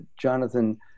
Jonathan